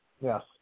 Yes